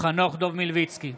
חנוך דב מלביצקי,